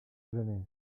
graner